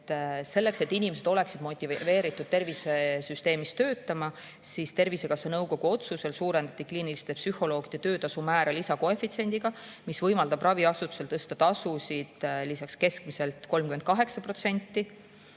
Selleks, et inimesed oleksid motiveeritud tervisesüsteemis töötama, suurendati Tervisekassa nõukogu otsusel kliiniliste psühholoogide töötasumäära lisakoefitsiendiga, mis võimaldab raviasutusel tõsta tasusid keskmiselt 38%.